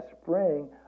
spring